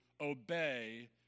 obey